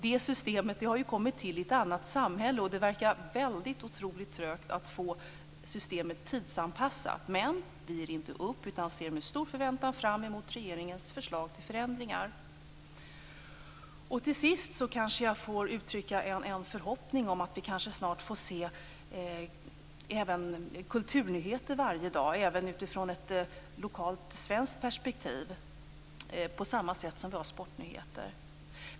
Det systemet har ju kommit till i ett annat samhälle. Det verkar otroligt trögt att få systemet tidsanpassat, men vi ger inte upp utan ser med stor förväntan fram mot regeringens förslag till förändringar. Till sist kanske jag får uttrycka en förhoppning om att vi snart får se även kulturnyheter varje dag i ett lokalt svenskt perspektiv på samma sätt som vi ser sportnyheter.